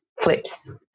flips